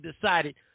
decided